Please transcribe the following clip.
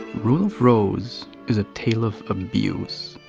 rule of rose is a tale of abuse.